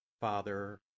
Father